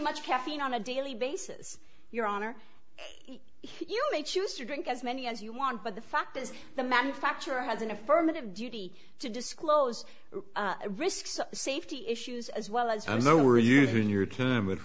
much caffeine on a daily basis your honor you may choose to drink as many as you want but the fact is the manufacturer has an affirmative duty to disclose risks safety issues as well as i know we're using your term with